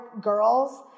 girls